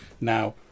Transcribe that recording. now